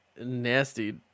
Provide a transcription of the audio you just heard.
nasty